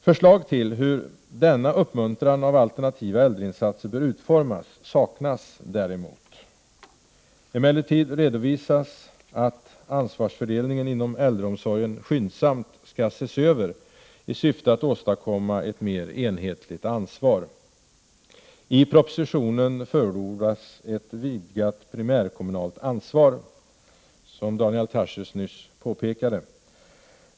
Förslag till hur denna uppmuntran av alternativa äldreinsatser bör utformas saknas däremot. Emellertid redovisas att ansvarsfördelningen inom äldreomsorgen skyndsamt skall ses över i syfte att åstadkomma ett mer enhetligt ansvar. I propositionen förordas ett vidgat primärkommunalt ansvar, vilket Daniel Tarschys nyss påpekade.